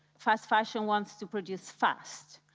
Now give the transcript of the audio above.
fast fashion wants to produce fast,